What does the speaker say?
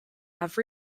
have